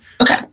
Okay